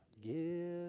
give